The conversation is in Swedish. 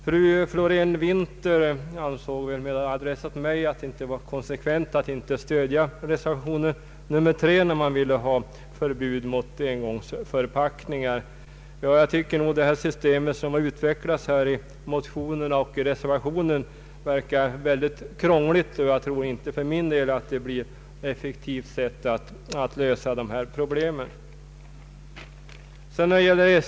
Fru Florén-Winther sade med adress till mig att det inte var konsekvent att inte stödja reservation III när man vill ha förbud mot engångsförpackningar. Jag tycker emellertid att det system som skisserats i motionerna och i reservationen verkar väldigt krångligt. Det förefaller inte vara något effektivt sätt att lösa problemen.